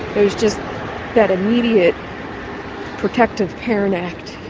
there is just that immediate protective parent act